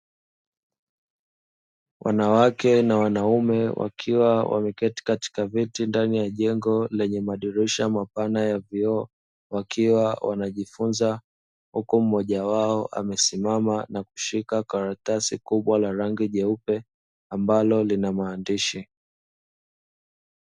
Wanawake na wanaume wakiwa wameketi katika viti ndani ya jengo lenye madirisha mapana ya vioo, wakiwa wanajifunza huko mmoja wao amesimama na kushika karatasi kubwa la rangi nyeupe ambalo lina maandishi.